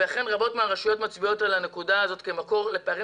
אכן רבות מהרשויות מצביעות על הנקודה הזאת כמקור לפערים